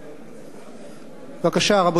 בבקשה, רבותי, נא לשמור על השקט.